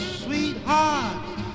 sweetheart